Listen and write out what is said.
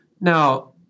Now